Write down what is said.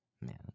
Man